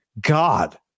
God